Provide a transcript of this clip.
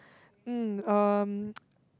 um um